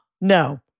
No